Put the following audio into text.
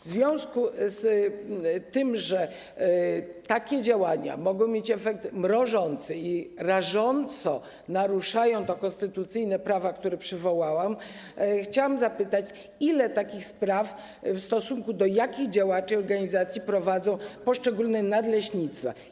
W związku z tym, że takie działania mogą mieć efekt mrożący i rażąco naruszają te konstytucyjne prawa, które przywołałam, chciałam zapytać: Ile takich spraw w stosunku działaczy organizacji prowadzą poszczególne nadleśnictwa?